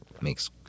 makes